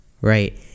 right